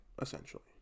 essentially